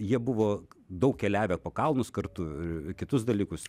jie buvo daug keliavę po kalnus kartu ir kitus dalykus